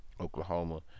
Oklahoma